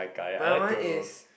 my one is